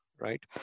right